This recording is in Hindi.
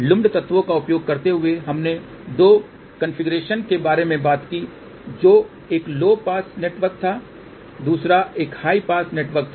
लुम्पड तत्वों का उपयोग करते हुए हमने दो कॉन्फ़िगरेशनों के बारे में बात की जो एक लो पास नेटवर्क था दूसरा एक हाई पास नेटवर्क था